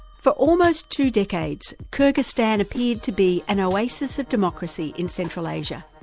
for almost two decades kyrgyzstan appeared to be an oasis of democracy in central asia.